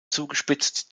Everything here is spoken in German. zugespitzt